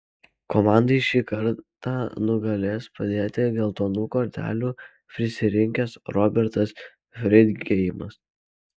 komandai šį kartą negalės padėti geltonų kortelių prisirinkęs robertas freidgeimas